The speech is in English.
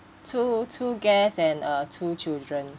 two two guest and uh two children